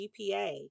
GPA